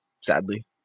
Sadly